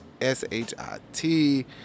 S-H-I-T